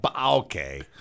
Okay